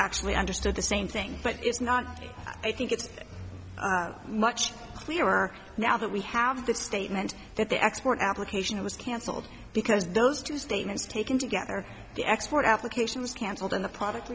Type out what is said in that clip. actually understood the same thing but it is not i think it's much clearer now that we have the statement that the export application was cancelled because those two statements taken together the export application was cancelled on the product